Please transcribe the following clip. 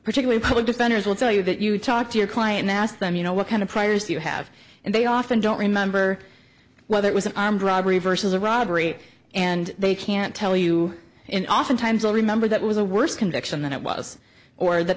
particularly public defenders will tell you that you talk to your client asked them you know what kind of priors you have and they often don't remember whether it was an armed robbery versus a robbery and they can't tell you and oftentimes you'll remember that was a worse conviction than it was or that